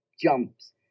jumps